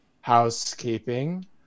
housekeeping